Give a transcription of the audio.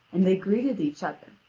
and they greeted each other.